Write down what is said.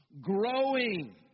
growing